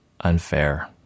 unfair